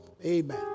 Amen